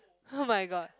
oh-my-god